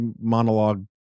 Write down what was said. monologue